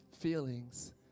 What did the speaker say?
feelings